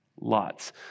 lots